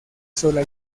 sola